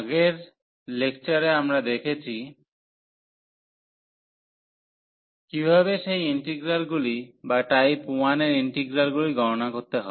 আগের লেকচারে আমরা দেখেছি কীভাবে সেই ইন্টিগ্রালগুলি বা টাইপ 1 এর ইন্টিগ্রালগুলি গণনা করতে হয়